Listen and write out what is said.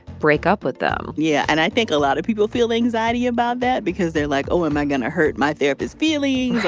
break up with them yeah, and i think a lot of people feel anxiety about that because they're like, oh, am i going to hurt my therapist's feelings